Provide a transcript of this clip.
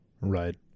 Right